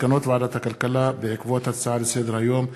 מסקנות ועדת הכלכלה בעקבות הצעה לסדר-היום בנושא: